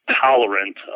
tolerant